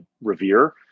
revere